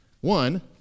One